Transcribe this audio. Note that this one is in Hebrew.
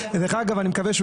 דרך אגב אני מקווה שהוא